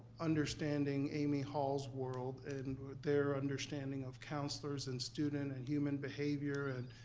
understanding amy hall's world and their understanding of counselors and student and human behavior and,